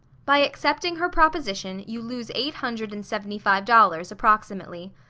by accepting her proposition you lose eight hundred and seventy-five dollars, approximately.